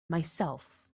myself